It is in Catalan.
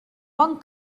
bon